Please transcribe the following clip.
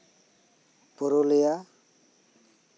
Purulia